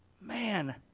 Man